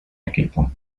equipo